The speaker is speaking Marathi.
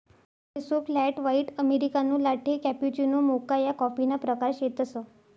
espresso, flat white, americano, latte, cappuccino, mocha या कॉफीना प्रकार शेतसं